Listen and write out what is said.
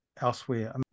elsewhere